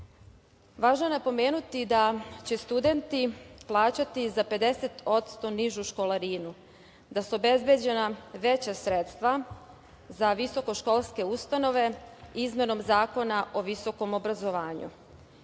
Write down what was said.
je napomenuti da će studenti plaćati za 50% nižu školarinu, da su obezbeđena veća sredstava za visokoškolske ustanove izmenom Zakona o visokom obrazovanju. Sve